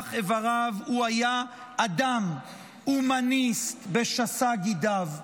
ברמ"ח אבריו הוא היה אדם הומניסט בשס"ה גידיו,